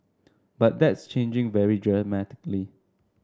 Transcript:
but that's changing very dramatically